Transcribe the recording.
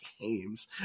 games